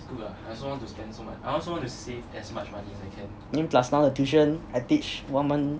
I mean plus now the tuition I teach one month